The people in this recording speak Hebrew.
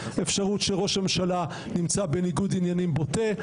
אפשרות שראש הממשלה נמצא בניגוד עניינים בוטה,